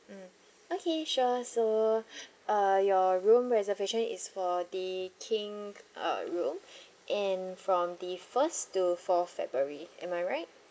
mm okay sure so uh your room reservation is for the king uh room and from the first to fourth february am I right